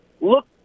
Look